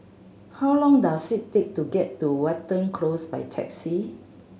how long does it take to get to Watten Close by taxi